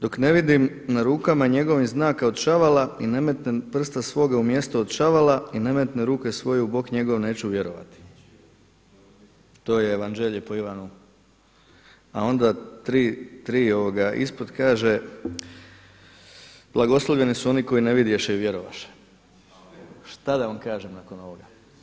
Dok ne vidim na rukama njegovim znake od čavala i ne metnem prsta svoga u mjesto od čavala i ne metne ruke svoje u bok njegov neću vjerovati.“ To je Evanđelje po Ivanu, a onda tri ispod kaže: „Blagoslovljeni su oni koji ne vidješe a vjerovaše.“ Šta da vam kažem nakon ovoga?